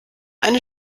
eine